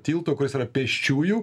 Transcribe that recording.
tilto kuris yra pėsčiųjų